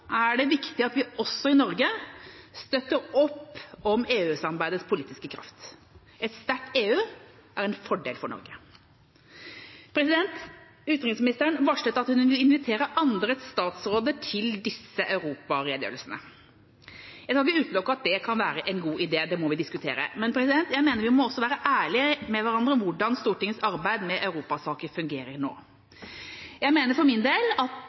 er det viktig at vi også i Norge støtter opp om EU-samarbeidets politiske kraft. Et sterkt EU er en fordel for Norge. Utenriksministeren varslet at hun vil invitere andre statsråder til disse europaredegjørelsene. Jeg skal ikke utelukke at det kan være en god idé – det må vi diskutere – men jeg mener vi også må være ærlige med hverandre om hvordan Stortingets arbeid med europasaker fungerer nå. Jeg mener for min del at